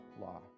law